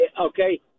okay